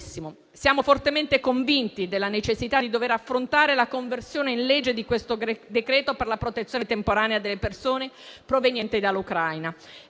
Siamo fortemente convinti della necessità di dover affrontare la conversione in legge di questo decreto-legge per la protezione temporanea delle persone provenienti dall'Ucraina